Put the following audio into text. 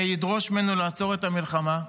וידרוש ממנו לעצור את המלחמה?